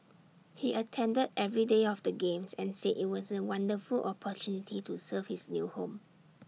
he attended every day of the games and said IT was A wonderful opportunity to serve his new home